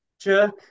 jerk